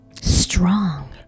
Strong